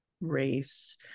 race